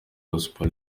gospel